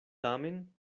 tamen